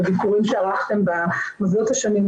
בביקורים שערכתם במוסדות השנים.